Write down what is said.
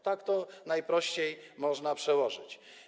Tak to najprościej można przełożyć.